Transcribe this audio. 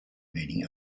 meaning